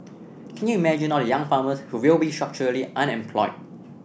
can you imagine all the young farmers who will be structurally unemployed